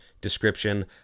description